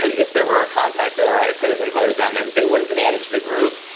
if there were a contact there i could have invited them and they would have been added to the group.